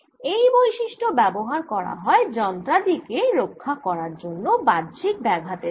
এই বৈশিষ্ট্য ব্যবহার করা হয় যন্ত্রাদি কে রক্ষা করার জন্য বাহ্যিক ব্যাঘাতের থেকে